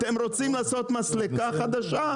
אתם רוצים לעשות מסלקה חדשה?